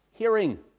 Hearing